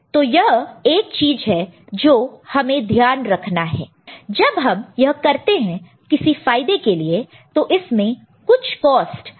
तो यह एक चीज है जो हमें ध्यान रखना है जब हम यह करते हैं किसी फायदे के लिए तो इसमें कुछ कॉस्ट भी एसोसिएटेड है